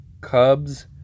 Cubs